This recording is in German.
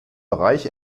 bereich